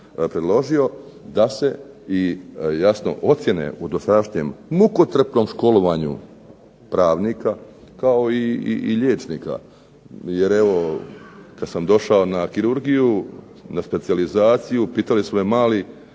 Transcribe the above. da se i jasno ocjene u dosadašnjem mukotrpnom školovanju pravnika, kao i liječnika, jer evo kad sam došao na kirurgiju, na specijalizaciju, pitali su me mali